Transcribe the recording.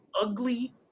ugly